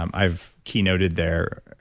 i've keynoted there,